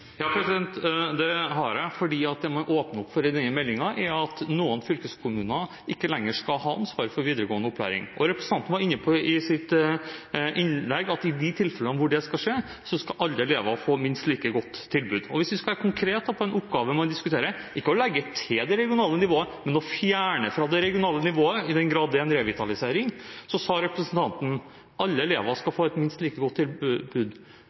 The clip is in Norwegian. Ja, det har jeg. Det man åpner for i denne meldingen, er at noen fylkeskommuner ikke lenger skal ha ansvar for videregående opplæring. Representanten var inne på i sitt innlegg at i de tilfellene hvor det skal skje, skal alle elever få minst like godt tilbud. Hvis vi skal være konkret på den oppgaven man diskuterer – ikke å legge til det regionale nivået, men å fjerne fra det regionale nivået, i den grad det er en revitalisering – sa representanten: Alle elever skal få et minst like godt tilbud.